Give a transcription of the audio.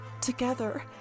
together